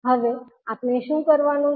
હવે આપણે શું કરવાનું છે